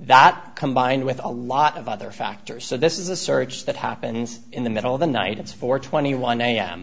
that combined with a lot of other factors so this is a search that happens in the middle of the night it's four twenty one a